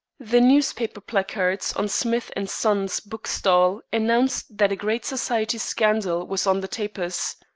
the newspaper placards on smith and son's bookstall announced that a great society scandal was on the tapis.